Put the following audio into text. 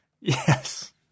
Yes